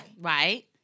Right